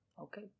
Okay